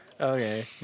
Okay